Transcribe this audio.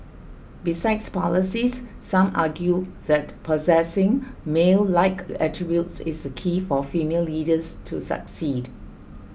besides policies some argue that possessing male like attributes is key for female leaders to succeed